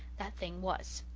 that thing was.